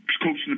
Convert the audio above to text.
coaching